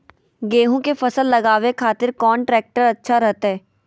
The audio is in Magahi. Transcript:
गेहूं के फसल लगावे खातिर कौन ट्रेक्टर अच्छा रहतय?